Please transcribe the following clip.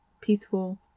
peaceful